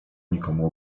nikomu